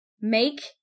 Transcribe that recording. make